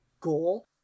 goal